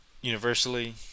universally